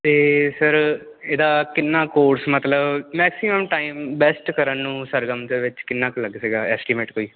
ਅਤੇ ਸਰ ਇਹਦਾ ਕਿੰਨਾ ਕੋਰਸ ਮਤਲਬ ਮੈਕਸੀਮਮ ਟਾਈਮ ਬੈਸਟ ਕਰਨ ਨੂੰ ਸਰਗਮ ਦੇ ਵਿੱਚ ਕਿੰਨਾ ਕੁ ਲੱਗ ਜੇਗਾ ਐਸਟੀਮੇਟ ਕੋਈ